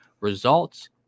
Results